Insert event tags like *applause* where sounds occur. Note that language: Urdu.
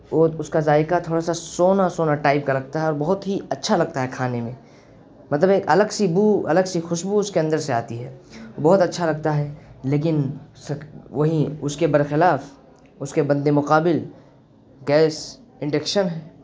اور اس کا ذائقہ تھوڑا سا سوندھا سوندھا ٹائپ کا لگتا ہے اور بہت ہی اچھا لگتا ہے کھانے میں مطلب ایک الگ سی بو الگ سی خوشبو اس کے اندر سے آتی ہے بہت اچھا لگتا ہے لیکن *unintelligible* وہیں اس کے برخلاف اس کے مدِ مقابل گیس انڈکشن